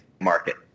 market